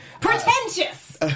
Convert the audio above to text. Pretentious